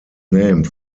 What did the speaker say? named